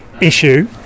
issue